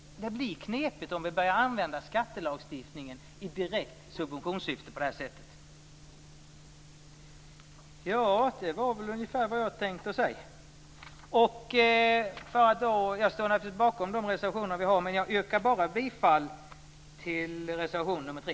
Det blir knepigt om vi börjar använda skattelagstiftningen i direkt subventionssyfte på det här sättet. Det var ungefär vad jag tänkte säga. Jag står naturligtvis bakom de reservationer vi har, men jag yrkar bifall bara till reservation nr 3.